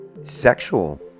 sexual